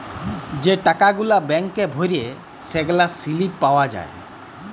যে টাকা গুলা ব্যাংকে ভ্যইরে সেগলার সিলিপ পাউয়া যায়